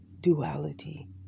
duality